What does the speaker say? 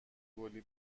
گلی